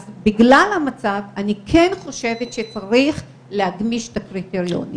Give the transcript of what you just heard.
אז בגלל המצב אני כן חושבת שצריך להגמיש את הקריטריונים.